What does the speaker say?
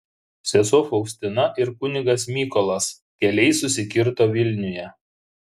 sesuo faustina ir kunigas mykolas keliai susikirto vilniuje